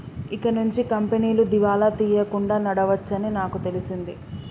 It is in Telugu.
ఇకనుంచి కంపెనీలు దివాలా తీయకుండా నడవవచ్చని నాకు తెలిసింది